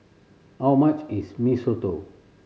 how much is Mee Soto